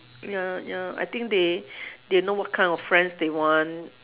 ya ya I think they they know what kind of friends they want